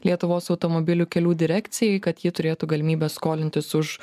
lietuvos automobilių kelių direkcijai kad ji turėtų galimybę skolintis už